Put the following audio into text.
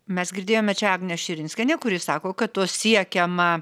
mes girdėjome čia agnę širinskienę kuri sako kad tuo siekiama